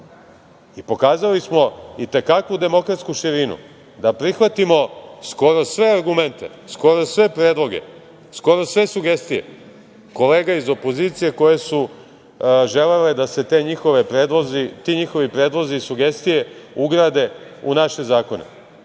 Pokazali smo i te kakvu demokratsku širinu, da prihvatimo skoro sve argumente, skoro sve predloge, skoro sve sugestije kolega iz opozicije koje su želele da se ti njihovi predlozi i sugestije ugrade u naše